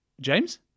James